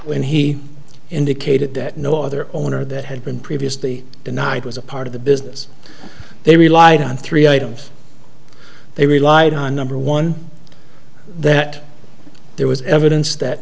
when he indicated that no other owner that had been previously denied was a part of the business they relied on three items they relied on number one that there was evidence that